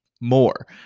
more